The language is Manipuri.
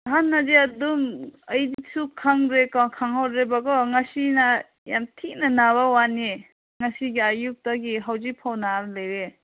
ꯍꯥꯟꯅꯗꯤ ꯑꯗꯨꯝ ꯑꯩꯁꯨ ꯈꯪꯗ꯭ꯔꯦ ꯀꯣ ꯈꯪꯍꯧꯗ꯭ꯔꯦꯕ ꯀꯣ ꯉꯁꯤꯅ ꯌꯥꯝ ꯊꯤꯅ ꯅꯥꯕꯒꯤ ꯋꯥꯅꯤ ꯉꯁꯤꯒꯤ ꯑꯌꯨꯛꯇꯒꯤ ꯍꯧꯖꯤꯛꯐꯥꯎ ꯅꯥꯔꯒ ꯂꯩꯔꯦ